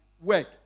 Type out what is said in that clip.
work